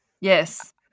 Yes